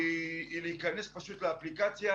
היא להיכנס לאפליקציה,